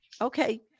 okay